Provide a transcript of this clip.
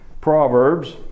Proverbs